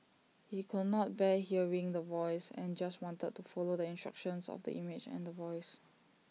he could not bear hearing The Voice and just wanted to follow the instructions of the image and The Voice